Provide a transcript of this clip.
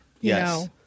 Yes